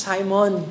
Simon